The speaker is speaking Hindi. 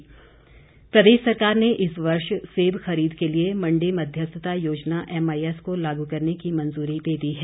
सेब खरीद प्रदेश सरकार ने इस वर्ष सेब खरीद के लिए मंडी मध्यस्थता योजना एमआईएस को लागू करने की मंजूरी दे दी है